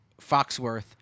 Foxworth